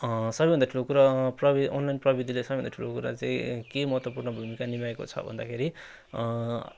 सबै भन्दा ठुलो कुरा प्रवि अनलाइन प्रविधिले सबै भन्दा ठुलो कुरा चाहिँ के महत्त्वपूर्ण भूमिका निभाएको छ भन्दाखेरि